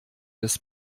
des